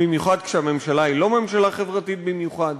במיוחד כשהממשלה היא לא ממשלה חברתית במיוחד.